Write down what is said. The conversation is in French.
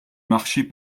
marchait